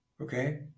okay